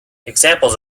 examples